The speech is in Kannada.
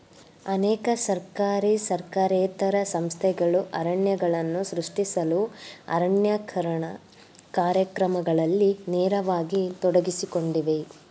ಅನೇಕ ಸರ್ಕಾರಿ ಸರ್ಕಾರೇತರ ಸಂಸ್ಥೆಗಳು ಅರಣ್ಯಗಳನ್ನು ಸೃಷ್ಟಿಸಲು ಅರಣ್ಯೇಕರಣ ಕಾರ್ಯಕ್ರಮಗಳಲ್ಲಿ ನೇರವಾಗಿ ತೊಡಗಿಸಿಕೊಂಡಿವೆ